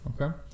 Okay